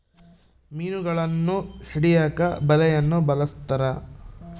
ಮೀನುಗಳನ್ನು ಹಿಡಿಯಕ ಬಲೆಯನ್ನು ಬಲಸ್ಥರ